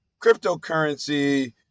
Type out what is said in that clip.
cryptocurrency